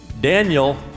Daniel